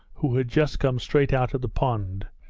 who had just come straight out of the pond,